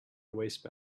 waste